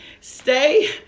stay